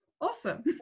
Awesome